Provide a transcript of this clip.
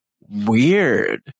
weird